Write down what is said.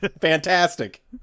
Fantastic